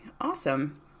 Awesome